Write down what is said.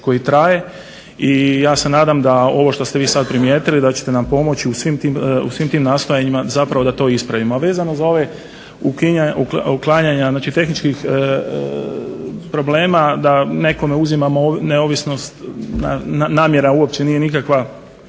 koji traje i ja se nadam da ovo što ste vi sad primijetili da ćete nam pomoći u svim tim nastojanjima zapravo da to ispravimo. A vezano za ova uklanjanja, znači tehničkih problema da nekome uzimamo neovisnost. Namjera uopće nije nikakva